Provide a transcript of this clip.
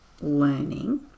learning